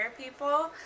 people